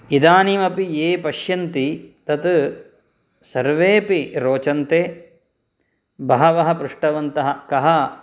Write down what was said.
इदानीमपि ये पश्यन्ति तत् सर्वेपि रोचन्ते बहवः पृष्टवन्तः कः